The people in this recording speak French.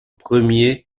premier